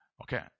Okay